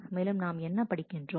மேலும் நாம் என்ன படிக்கின்றோம்